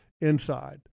inside